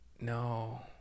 no